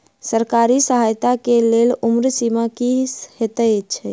सरकारी सहायता केँ लेल उम्र सीमा की हएत छई?